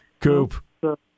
Coop